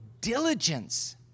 diligence